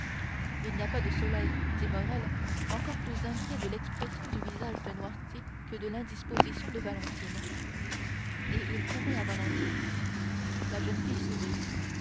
il n'y a pas de soleil dit morrel encore plus inquiet de l'expression du visage de noirtier que de l'indisposition de valentine et il courut à valentine la jeune fille sourit